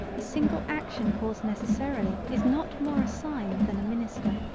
a single action caused necessarily is not more a sign than a minister.